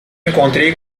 encontrei